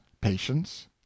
patience